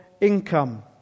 income